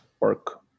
work